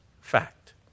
fact